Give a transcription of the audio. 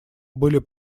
были